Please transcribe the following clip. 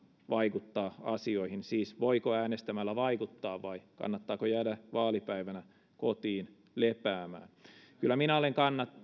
vaikuttaa asioihin siis voiko äänestämällä vaikuttaa vai kannattaako jäädä vaalipäivänä kotiin lepäämään kyllä minä olen